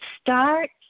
Start